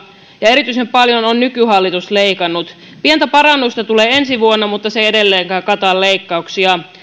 ja erityisen paljon on nykyhallitus leikannut pientä parannusta tulee ensi vuonna mutta se ei edelleenkään kata leikkauksia